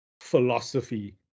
philosophy